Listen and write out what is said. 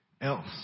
else